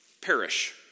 perish